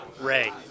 Ray